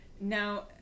now